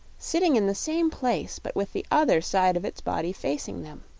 sitting in the same place but with the other side of its body facing them.